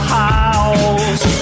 house